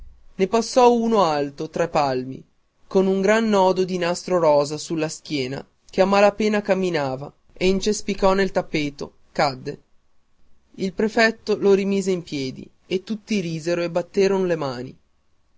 ne passò uno alto tre palmi con un gran nodo di nastro rosa sulla schiena che a mala pena camminava e incespicò nel tappeto cadde il prefetto lo rimise in piedi e tutti risero e batteron le mani